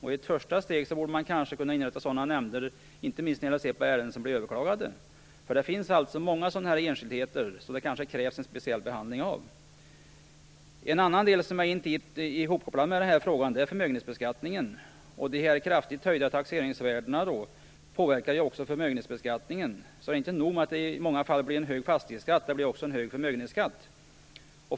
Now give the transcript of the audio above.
I ett första steg borde man kanske inrätta sådana nämnder, inte minst när det gäller att se på de ärenden som blir överklagade. Det finns alltså många enskildheter som det kan krävas en speciell behandling av. En annan del som är intimt kopplad till den här frågan är förmögenhetsbeskattningen, och de kraftigt höjda taxeringsvärdena påverkar ju också förmögenhetsbeskattningen. Inte nog med att det i många fall blir en hög fastighetsskatt, utan det blir också en hög förmögenhetsskatt.